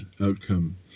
outcome